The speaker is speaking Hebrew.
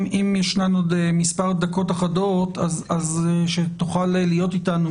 אם יש מספר דקות אחדות שתוכל להיות איתנו,